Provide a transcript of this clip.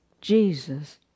Jesus